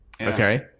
okay